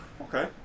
Okay